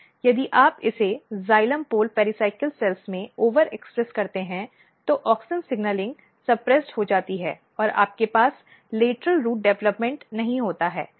यदि आप इसे जाइलम पोल पेरीसाइकिल सेल में ओवर एक्सप्रेस करते हैं तो ऑक्सिन सिग्नलिंग दब जाता है और आपके पास लेटरल रूट् विकास नहीं होता है